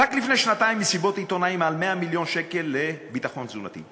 רק לפני שנתיים מסיבות עיתונאים על 100 מיליון שקל לביטחון תזונתי,